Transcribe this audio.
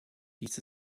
dies